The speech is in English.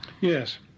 Yes